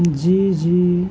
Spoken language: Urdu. جی جی